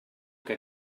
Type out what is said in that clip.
que